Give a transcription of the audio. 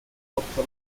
sotto